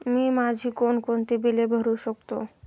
मी माझी कोणकोणती बिले भरू शकतो?